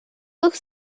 looked